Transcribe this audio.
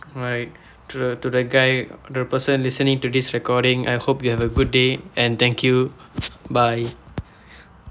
right through to the guy the person listening to this recording I hope you have a good day and thank you bye